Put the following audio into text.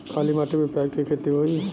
काली माटी में प्याज के खेती होई?